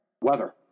Weather